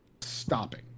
stopping